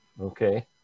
okay